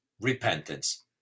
repentance